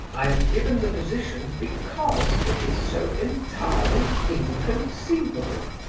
i am given the position because it is so entirely inconceivable!